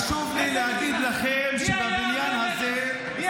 חשוב לי להגיד לכם שבבניין הזה --- מי